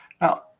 now